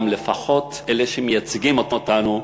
לפחות אלה שמייצגים אותנו,